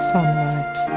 Sunlight